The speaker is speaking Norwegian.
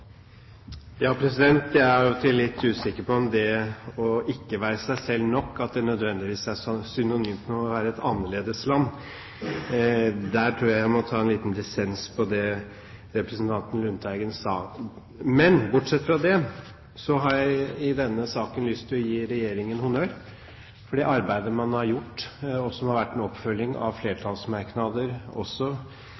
Jeg er av og til litt usikker på om det å ikke være seg selv nok nødvendigvis er synonymt med å være et annerledesland. Der tror jeg jeg må ta en liten dissens på det representanten Lundteigen sa. Bortsett fra det har jeg i denne saken lyst til å gi regjeringen honnør for det arbeidet man har gjort, og som har vært en oppfølging av